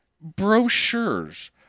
brochures